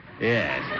Yes